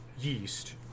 yeast